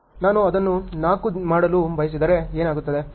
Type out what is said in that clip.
ನಾನು ಅದನ್ನು 4 ಮಾಡಲು ಬಯಸಿದರೆ ಏನಾಗುತ್ತದೆ